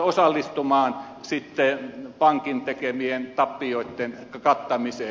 osallistumaan pankin tekemien tappioitten kattamiseen